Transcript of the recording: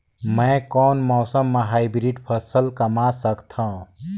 मै कोन मौसम म हाईब्रिड फसल कमा सकथव?